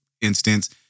instance